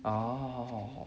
ah